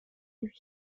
lui